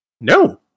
No